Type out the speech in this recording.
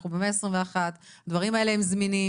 אנחנו במאה ה-21, הדברים האלה הם זמינים.